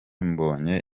mbonye